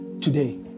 today